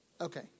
Okay